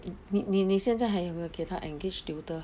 你你你现在还有没有给他 engaged tutor